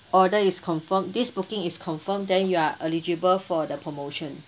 order is confirmed this booking is confirmed then you are eligible for the promotion